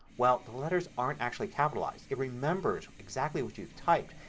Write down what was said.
well, the letters aren't actually capitalized. it remembers exactly what you have typed.